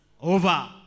over